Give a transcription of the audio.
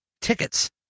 Tickets